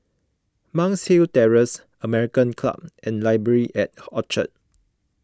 Monk's Hill Terrace American Club and Library at Orchard